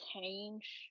change